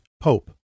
Pope